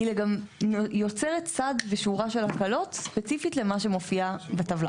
היא גם יוצרת סעד בשורה של הקלות ספציפית למה שמופיע בטבלה.